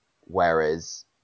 whereas